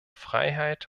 freiheit